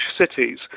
cities